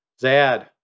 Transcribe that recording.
Zad